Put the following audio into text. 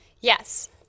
Yes